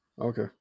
Okay